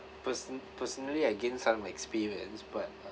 person~ personally I gain some experience but uh